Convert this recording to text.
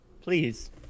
please